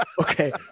Okay